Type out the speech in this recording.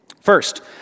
First